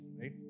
right